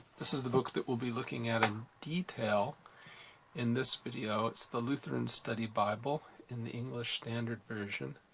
this is the book that we'll be looking at in detail in this video. it's the lutheran study bible in the english standard version,